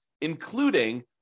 including